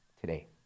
today